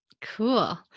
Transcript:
Cool